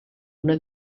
una